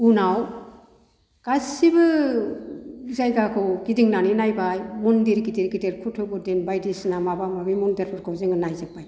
उनाव गासिबो जायगाखौ गिदिंनानै नायबाय मन्दिर गिदिर गिदिर कुटुबमिनार बायदिसिना माबा माबि मन्दिरफोरखौ जोङो नायजोबबाय